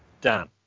Dan